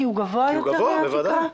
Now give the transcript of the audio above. כי הוא גבוה יותר מהתקרה?